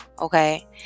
Okay